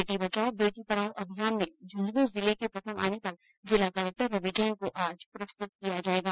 बेटी बचाओं बेटी पढ़ाओं अभियान में झुंझुनूं जिले के प्रथम आने पर जिला कलेक्टर रवि जैन को आज पुरस्कृत किया जायेगा